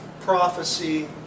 prophecy